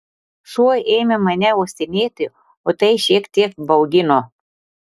šuo ėmė mane uostinėti o tai šiek tiek baugino